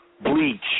bleach